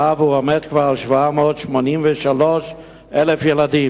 עלה והוא עומד כבר על 783,000 ילדים.